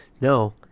No